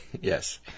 Yes